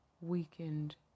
weakened